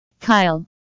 Kyle